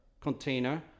container